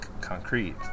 concrete